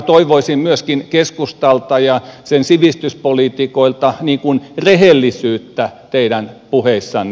toivoisin myöskin keskustalta ja sen sivistyspoliitikoilta rehellisyyttä teidän puheissanne